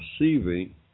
receiving